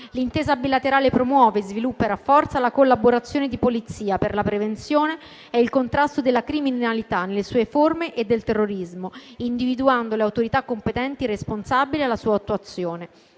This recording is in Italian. L'Intesa bilaterale promuove, sviluppa e rafforza la collaborazione di polizia per la prevenzione e il contrasto della criminalità nelle sue forme e del terrorismo, individuando le autorità competenti responsabili della sua attuazione.